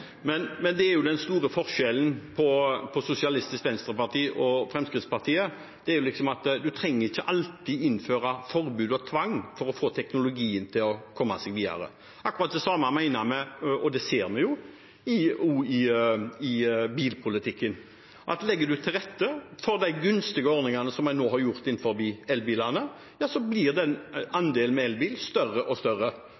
Den store forskjellen på Sosialistisk Venstreparti og Fremskrittspartiet er at man trenger ikke alltid innføre forbud og tvang for å få teknologien til å komme seg videre. Akkurat det samme mener vi – og det ser vi også – når det gjelder bilpolitikken. Legger man til rette for de gunstige ordningene vi nå har for elbiler, ja, så blir